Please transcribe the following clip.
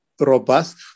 robust